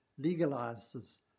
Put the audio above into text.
legalizes